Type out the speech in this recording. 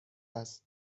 است